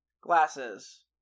Glasses